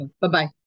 Bye-bye